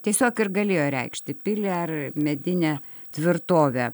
tiesiog ir galėjo reikšti pilį ar medinę tvirtovę